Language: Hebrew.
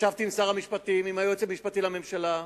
ישבתי עם שר המשפטים, עם היועץ המשפטי לממשלה,